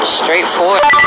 straightforward